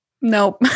Nope